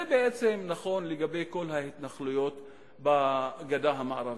זה בעצם נכון לגבי כל ההתנחלויות בגדה המערבית,